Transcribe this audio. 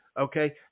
Okay